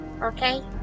okay